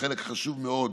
חשוב מאוד